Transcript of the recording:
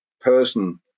person